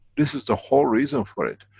this is the whole reason for it,